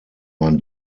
man